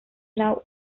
now